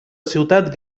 ciutat